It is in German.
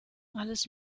alles